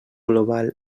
global